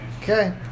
Okay